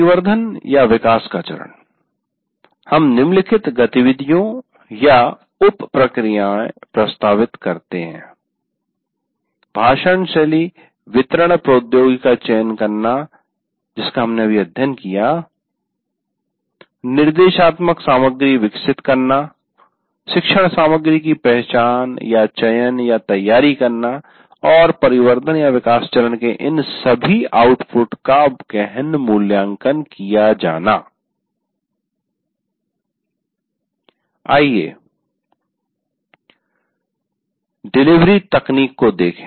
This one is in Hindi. परिवर्धनविकास का चरण हम निम्नलिखित गतिविधियों या उप प्रक्रियाए प्रस्तावित करते हैं भाषण शैली वितरण प्रौद्योगिकियां का चयन करना हम अभी अध्ययन किया निर्देशात्मक सामग्री विकसित करना शिक्षण सामग्री की पहचान चयन तैयारी करना और परिवर्धनविकास चरण के इन सभी आउटपुट का गहन मूल्यांकन किया जाना आइए डिलीवरी तकनीकों को देखें